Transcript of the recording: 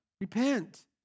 Repent